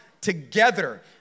together